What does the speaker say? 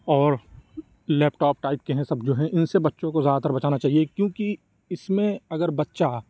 اور laptop type كے ہیں سب جو ہیں اِن سے بچوں كو زیادہ تر بچانا چاہیے كیوں كہ اِس میں اگر بچہ